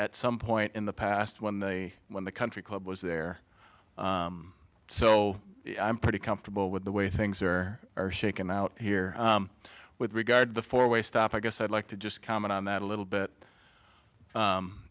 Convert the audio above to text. at some point in the past when they when the country club was there so i'm pretty comfortable with the way things are are shaken out here with regard the four way stop i guess i'd like to just comment on that a little bit